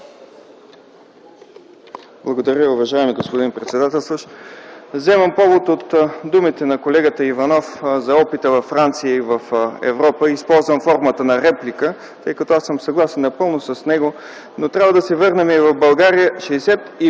Благодаря, уважаеми господин председателстващ. Вземам повод от думите на колегата Иванов за опита във Франция и в Европа и използвам формата на реплика, тъй като аз съм напълно съгласен с него, но трябва да се върнем и в България.